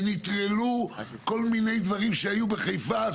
ונטרלו כל מיני דברים שהיו בחיפה,